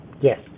Yes